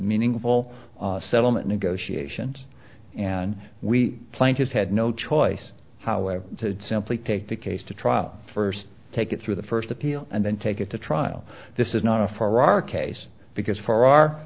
meaningful settlement negotiations and we planned has had no choice however to simply take the case to trial first take it through the first appeal and then take it to trial this is not a for our case because for